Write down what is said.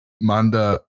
Manda